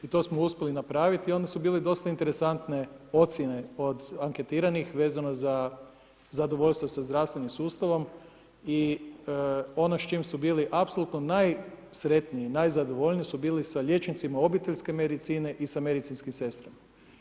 I to smo uspjeli napraviti, onda su bile dosta interesantne ocjene od anektiranih vezano za zadovoljstvo sa zdravstvenim sustavom i ono s čim su bili apsolutno najsretniji, najzadovoljniji su bili sa liječnicima obiteljske medicine i sa medicinske sestre.